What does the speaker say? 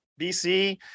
BC